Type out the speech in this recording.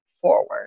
forward